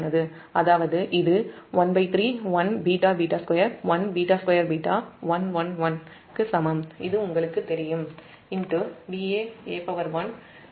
அதாவது இது 13 1ββ21β2β111க்கு சமம் இது உங்களுக்குத் தெரியும் Vaa1Vbb1Vcc1